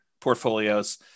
portfolios